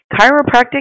chiropractic